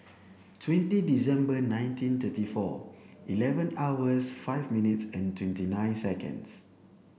twenty December nineteen thirty four eleven hours five minutes and twenty nine seconds